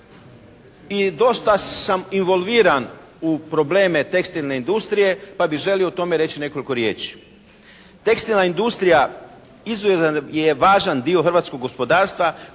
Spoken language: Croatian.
i dosta sam involviran u probleme tekstilne industrije pa bi želio o tome reći nekoliko riječi. Tekstilna industrija izuzetan je važan dio hrvatskog gospodarstva